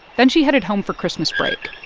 then she headed home for christmas break